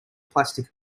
plastic